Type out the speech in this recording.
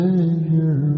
Savior